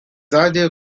ideal